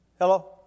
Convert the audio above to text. Hello